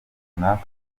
runaka